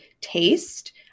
taste